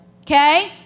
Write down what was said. Okay